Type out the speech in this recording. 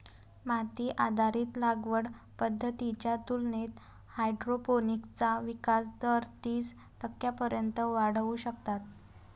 माती आधारित लागवड पद्धतींच्या तुलनेत हायड्रोपोनिक्सचा विकास दर तीस टक्क्यांपर्यंत वाढवू शकतात